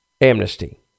Amnesty